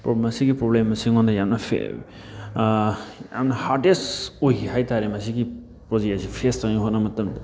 ꯃꯁꯤꯒꯤ ꯄ꯭ꯔꯣꯕ꯭ꯂꯦꯝ ꯑꯁꯦ ꯑꯩꯉꯣꯟꯗ ꯌꯥꯝꯅ ꯌꯥꯝꯅ ꯍꯥꯔꯗꯦꯁ ꯑꯣꯏꯈꯤ ꯍꯥꯏꯇꯥꯔꯦ ꯃꯁꯤꯒꯤ ꯄ꯭ꯔꯣꯖꯦꯛ ꯑꯁꯦ ꯐꯦꯁ ꯇꯧꯅꯤꯉꯥꯏ ꯍꯣꯠꯅꯕ ꯃꯇꯝꯗ